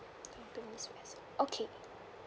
tampines west okay